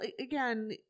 again